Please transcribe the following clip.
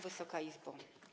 Wysoka Izbo!